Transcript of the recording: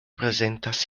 prezentas